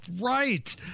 Right